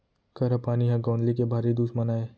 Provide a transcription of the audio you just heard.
करा पानी ह गौंदली के भारी दुस्मन अय